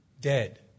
dead